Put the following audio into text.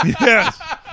Yes